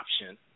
option